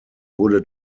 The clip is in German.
wurde